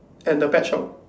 and the pet shop